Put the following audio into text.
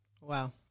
Wow